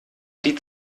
die